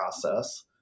process